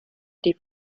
die